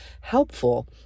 helpful